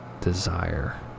desire